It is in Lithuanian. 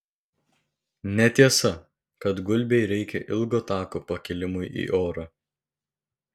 netiesa kad gulbei reikia ilgo tako pakilimui į orą